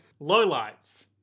Lowlights